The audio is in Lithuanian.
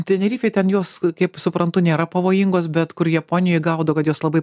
tenerifėj ten jos kaip suprantu nėra pavojingos bet kur japonijoj gaudo kad jos labai